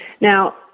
Now